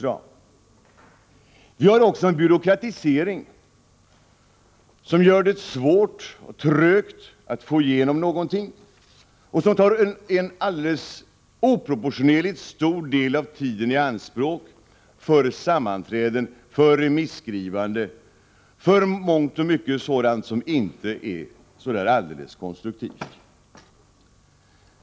Vi har också en byråkratisering som gör det svårt och trögt att få igenom någonting och som tar en alldeles oproportionerligt stor del av tiden i anspråk för sammanträden, remisskrivande och för mångt och mycket sådant som inte är alldeles konstruktivt.